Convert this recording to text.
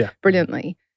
brilliantly